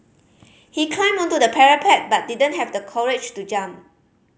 he climbed onto the parapet but didn't have the courage to jump